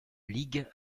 ligue